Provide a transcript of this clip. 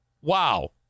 wow